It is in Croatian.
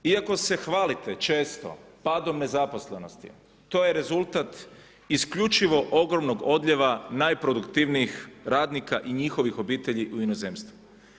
Iako se hvalite često padom nezaposlenosti to je rezultat isključivo ogromnog odlijeva najproduktivnijih radnika i njihovih obitelji u inozemstvo.